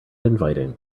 inviting